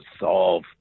solve